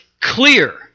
clear